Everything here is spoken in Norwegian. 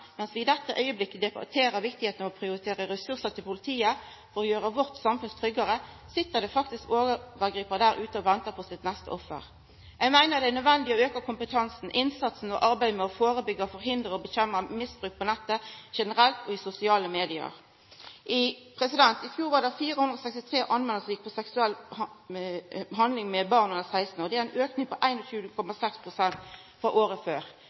i denne augeblinken debatterer viktigheita av å prioritera ressursar til politiet for å gjera samfunnet vårt tryggare, sit det faktisk overgriparar der ute og ventar på sitt neste offer. Eg meiner det er nødvendig å auka kompetansen, innsatsen og arbeidet med å forebyggja, forhindra og kjempa mot misbruk på nettet generelt og i dei sosiale media. I fjor var det 463 meldingar som gjekk på seksuell handling med barn under 16 år. Dette er ein auke på 21,6 pst. frå året før.